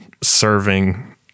serving